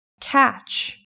Catch